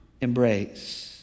embrace